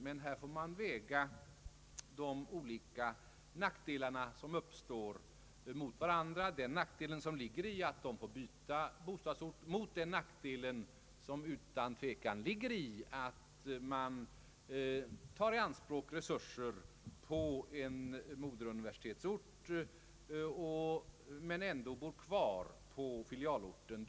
Men man får här väga de olika nackdelar som uppstår mot varandra, den nackdel som ligger i att de får byta bostadsort mot den nackdel som utan tvekan ligger i att man tar i anspråk resurser på en moderuniversitetsort men ändå bor kvar på filialorten.